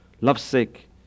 lovesick